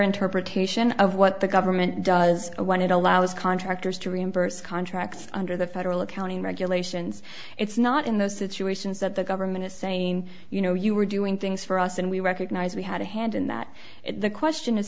interpretation of what the government does when it allows contractors to reimburse contracts under the federal accounting regulations it's not in those situations that the government is saying you know you are doing things for us and we recognise we had a hand in that the question is